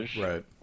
Right